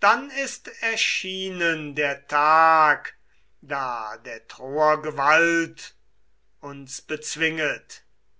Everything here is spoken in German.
dann ist erschienen der tag da der troer gewalt uns bezwinget